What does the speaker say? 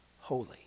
holy